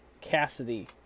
Cassidy